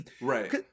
right